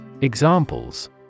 Examples